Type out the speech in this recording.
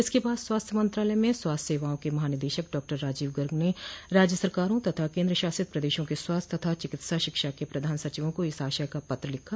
इसके बाद स्वास्थ्य मंत्रालय में स्वास्थ्य सेवाओं के महानिदेशक डॉक्टर राजीव गर्ग ने राज्य सरकारों तथा केंद्रशासित प्रदेशों के स्वास्थ्य और चिकित्सा शिक्षा के प्रधान सचिवों को इस आशय का पत्र लिखा